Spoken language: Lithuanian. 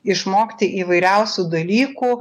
išmokti įvairiausių dalykų